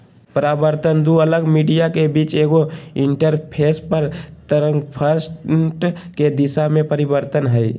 परावर्तन दू अलग मीडिया के बीच एगो इंटरफेस पर तरंगफ्रंट के दिशा में परिवर्तन हइ